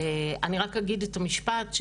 אני רק אגיד את המשפט,